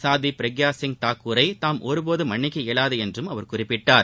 சாத்வி பிரக்யா சிங் தாக்கூரை தாம் ஒருபோதும் மன்னிக்க இயலாது என்றும் அவர் குறிப்பிட்டார்